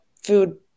food